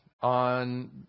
on